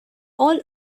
all